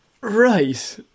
Right